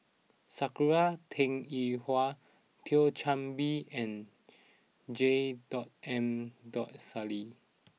Sakura Teng Ying Hua Thio Chan Bee and J dot M dot Sali